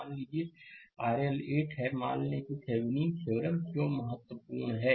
मान लीजिए RL 8 है मान लें कि थेविनीन थ्योरम क्यों महत्वपूर्ण है